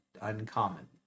uncommon